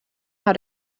how